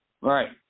Right